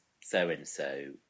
so-and-so